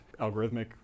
algorithmic